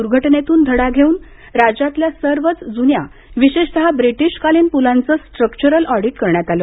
दुर्घटनेतून धडा घेऊन राज्यातल्या सर्वच जुन्या विशेषतः ब्रिटीशकालीन पुलांचं स्ट्रक्चरल ऑडिट करण्यात आलं